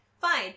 Fine